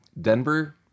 Denver